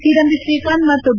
ಕಿಡಂಬಿ ಶ್ರೀಕಾಂತ್ ಮತ್ತು ಬಿ